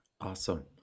Awesome